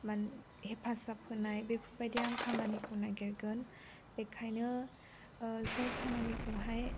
माने हेफाजाब होनाय बेफोरबायदि आं खामानिखौ नागिरगोन बेनिखायनो जाय खामानिखौहाय